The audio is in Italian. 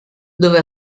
dove